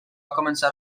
començar